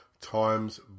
times